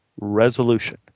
Resolution